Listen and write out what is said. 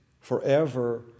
forever